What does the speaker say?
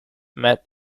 met